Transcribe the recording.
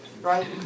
right